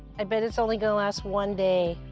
i bet it's only gonna last one day.